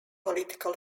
political